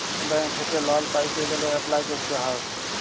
bank থ্যাইকে loan পাইতে গ্যালে এপ্লায় ক্যরতে হ্যয়